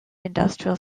industrial